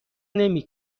نمی